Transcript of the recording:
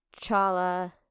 Chala